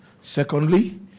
Secondly